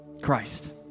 Christ